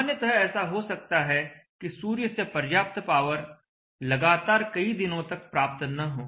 सामान्यतः ऐसा हो सकता है कि सूर्य से पर्याप्त पावर लगातार कई दिनों तक प्राप्त न हो